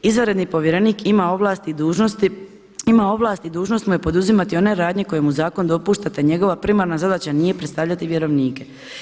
Izvanredni povjerenik ima ovlasti i dužnost mu je poduzimati one radnje koje mu zakon dopušta te njegova primarna zadaća nije predstavljati vjerovnike.